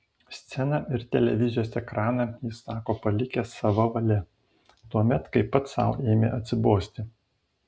sceną ir televizijos ekraną jis sako palikęs sava valia tuomet kai pats sau ėmė atsibosti